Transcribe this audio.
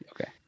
Okay